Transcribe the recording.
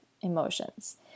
emotions